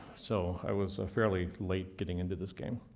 so i was fairly late getting into this game.